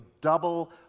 double